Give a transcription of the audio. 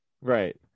Right